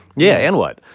yeah, and what?